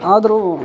ಆದರೂ